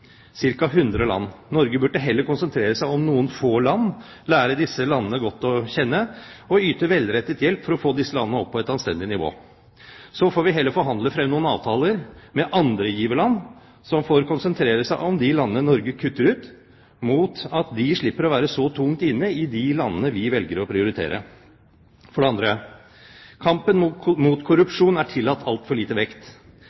100 land. Norge burde heller konsentrere seg om noen få land, lære disse landene godt å kjenne og yte velrettet hjelp for å få disse landene opp på et anstendig nivå. Så får vi heller forhandle frem noen avtaler med andre giverland, som får konsentrere seg om de landene Norge kutter ut, mot at de slipper å være så tungt inne i de landene vi velger å prioritere. For det andre: Kampen mot